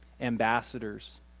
ambassadors